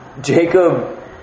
Jacob